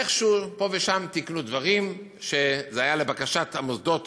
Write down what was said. איכשהו פה ושם תיקנו דברים, וזה היה לבקשת המוסדות